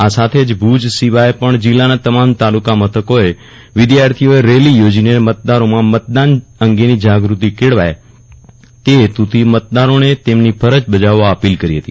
આ સાથે જ ભુજ સિવાય પણ જિલ્લાના તમામ તાલુકા મથકોએ વિદ્યાર્થીઓએ રેલી યોજીને મતદારોમાં મતદાન અંગેની જાગૃતિ કેળવાય તે ફેતુથી મતદારોને તેમની ફરજ બજાવવા અપીલ કરી ફતી